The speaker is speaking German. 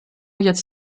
jetzt